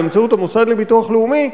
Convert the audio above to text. באמצעות המוסד לביטוח לאומי,